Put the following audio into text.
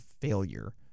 failure